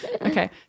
Okay